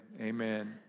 Amen